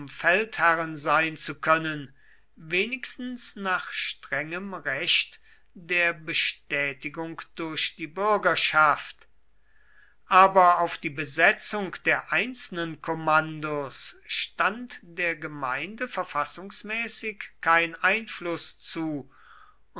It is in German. feldherren sein zu können wenigstens nach strengem recht der bestätigung durch die bürgerschaft aber auf die besetzung der einzelnen kommandos stand der gemeinde verfassungsmäßig kein einfluß zu